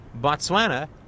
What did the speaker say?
Botswana